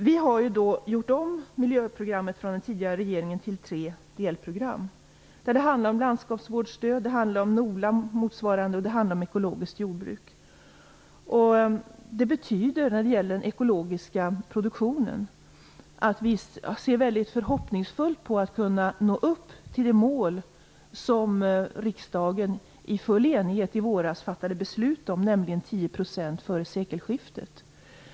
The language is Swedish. Vi har gjort om den tidigare regeringens miljöprogram till tre delprogram. Det handlar om landskapsvårdsstöd, NOLA och ekologiskt jordbruk. När det gäller den ekologiska produktionen betyder det att vi har förhoppningar om att kunna nå upp till det mål som riksdagen i full enighet fattade beslut om i våras, nämligen 10 % före sekelskiftet.